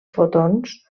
fotons